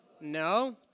No